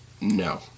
no